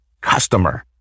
customer